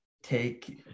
take